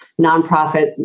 nonprofit